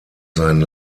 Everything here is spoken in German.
sein